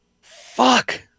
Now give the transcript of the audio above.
Fuck